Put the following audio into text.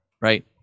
right